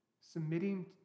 submitting